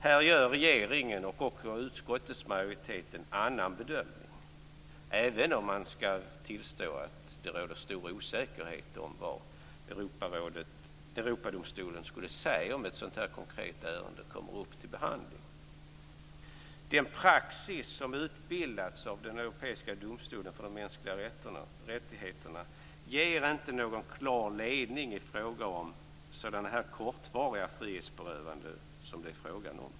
Här gör regeringen och också utskottsmajoriteten en annan bedömning, även om jag skall tillstå att det råder stor osäkerhet om vad Europadomstolen skulle säga om ett sådant konkret ärende kom upp till behandling. Den praxis som utbildats för den europeiska domstolen för de mänskliga rättigheterna ger inte någon klar ledning i fråga om sådana kortvariga frihetsberövanden som det är fråga om.